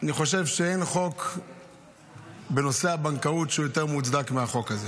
אני חושב שאין חוק בנושא הבנקאות שהוא יותר מוצדק מהחוק הזה.